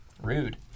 Rude